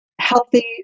healthy